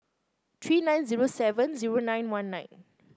three nine zero seven zero nine one nine